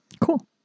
Cool